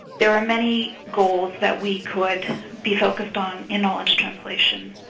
there are many goals that we could be focused on in knowledge translation.